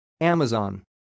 Amazon